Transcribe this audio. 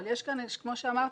אבל כמו שאמרתי,